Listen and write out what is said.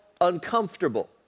uncomfortable